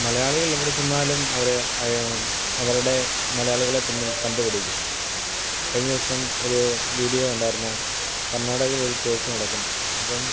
മലയാളികളെവിടെ ചെന്നാലും അവർ അയാ അവരുടെ മലയാളികളെ തമ്മിൽ കണ്ട് പിടിക്കും കഴിഞ്ഞ ദിവസം ഒരു വീഡിയോ കണ്ടായിരുന്നു കർണാടകയിലൊരു ടോക്ക് നടക്കുന്നു അപ്പം